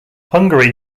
hungary